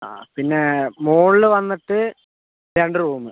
ആ പിന്നെ മുകളിൽ വന്നിട്ട് രണ്ട് റൂം